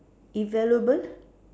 invaluable